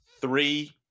Three